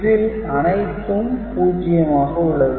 இதில் அனைத்தும் 0 ஆக உள்ளது